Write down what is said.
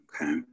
Okay